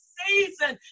season